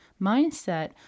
mindset